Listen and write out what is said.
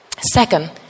Second